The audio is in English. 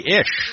ish